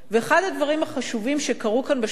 אחד הדברים החשובים שקרו כאן בשבועות